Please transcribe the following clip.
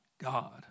God